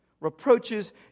reproaches